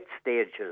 stages